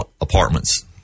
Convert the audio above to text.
apartments